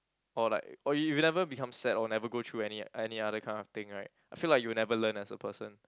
or like or you never become sad or never go through any any other kind of thing right I feel like you'll never learn as a person